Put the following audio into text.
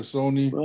Sony